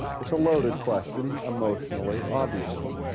it's a loaded question emotionally, obviously.